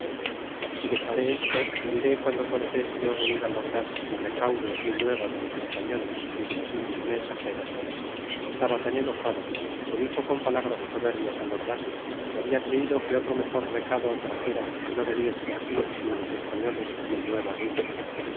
y dexaré esto y diré guando cortés vió venir al ords sin recaudo ni nueva de los españoles ni de los indios mensageros estaba tan enojado que dixo con palabras soberbias al ordás que habla creído que otro mejor recado traxera que no venirse así sin los españoles ni nueva dellos